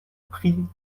prit